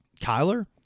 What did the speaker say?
Kyler